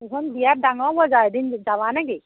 সেইখন বিৰাট ডাঙৰ বজাৰ এদিন যাবা নেকি